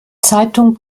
zeitung